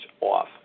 off